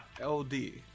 L-D